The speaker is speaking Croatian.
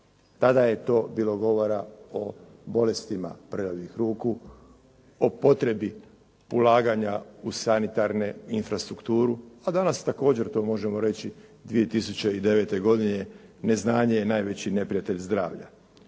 Tada je to bilo govora o bolestima prljavih ruku, o potrebi ulaganja u sanitarne infrastrukture, a danas također to možemo reći 2009. godine, neznanje je najveći neprijatelj zdravlja.